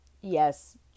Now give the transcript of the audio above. yes